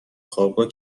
خوابگاه